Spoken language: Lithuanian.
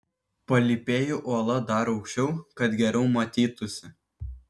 palypėju uola dar aukščiau kad geriau matytųsi